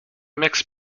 mixed